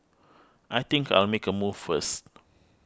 I think I'll make a move first